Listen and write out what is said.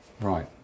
Right